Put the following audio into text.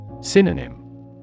Synonym